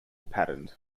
patterned